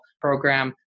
program